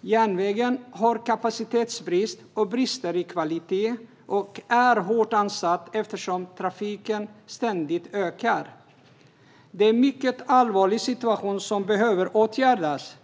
Järnvägen har kapacitetsbrist, brister i kvalitet och är hårt ansatt eftersom trafiken ständigt ökar. Det är en mycket allvarlig situation, som behöver åtgärdas.